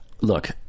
Look